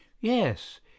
Yes